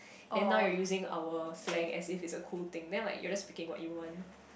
then now you using our slang I see as a cool thing never mind you just speaking what you want